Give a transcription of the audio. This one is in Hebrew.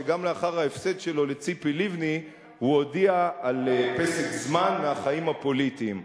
שגם לאחר ההפסד שלו לציפי לבני הוא הודיע על פסק זמן מהחיים הפוליטיים,